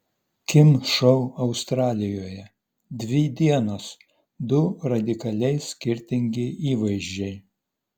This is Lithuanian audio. kim šou australijoje dvi dienos du radikaliai skirtingi įvaizdžiai